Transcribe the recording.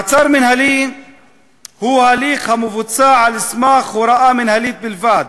מעצר מינהלי הוא הליך המבוצע על סמך הוראה מינהלית בלבד,